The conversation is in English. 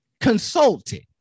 consulted